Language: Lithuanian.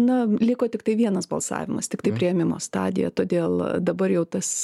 na liko tiktai vienas balsavimas tiktai priėmimo stadija todėl dabar jau tas